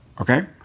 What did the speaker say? Okay